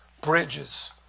bridges